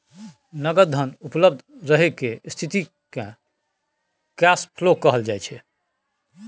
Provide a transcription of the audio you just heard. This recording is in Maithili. नगद धन उपलब्ध रहय केर स्थिति केँ कैश फ्लो कहल जाइ छै